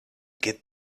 get